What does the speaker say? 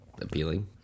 appealing